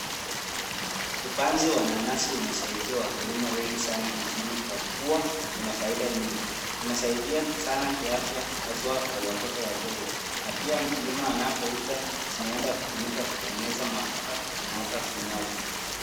Upanzi wa nanasi umesaidia wakulima wengi sana nchini kwa kuwa ina faida nyingi. Inasaidia sana kiafya haswa kwa watoto wadogo na pia mkulima anapouza zinaenda kutumika kutengeneza mafuta na hata vinywaji.